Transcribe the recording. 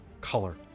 color